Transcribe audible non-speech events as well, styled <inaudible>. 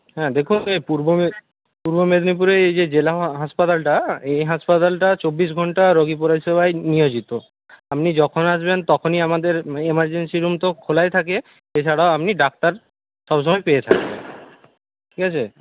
হ্যাঁ দেখুন এই পূর্ব <unintelligible> পূর্ব মেদিনীপুরে এই যে জেলা হাসপাতালটা এই হাসপাতালটা চব্বিশ ঘণ্টা রোগী পরিষেবায় নিয়োজিত আপনি যখন আসবেন তখনই আমাদের এমারজেন্সি রুম তো খোলাই থাকে এছাড়াও আপনি ডাক্তার সবসময় পেয়ে <unintelligible> ঠিক আছে